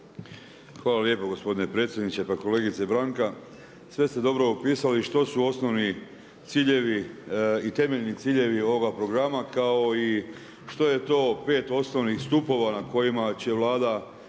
Hvala lijepo gospodine predsjedniče. Pa kolegice Branka, sve ste dobro opisali što su osnovni ciljevi i temeljni ciljevi ovoga programa kao i što je to pet osnovnih stupova na kojima će Vlada